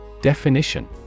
Definition